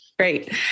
Great